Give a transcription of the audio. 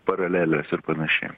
paraleles ir panašiai